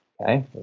okay